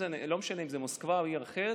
לא משנה אם זה מוסקבה או עיר אחרת,